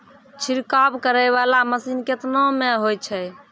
छिड़काव करै वाला मसीन केतना मे होय छै?